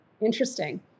interesting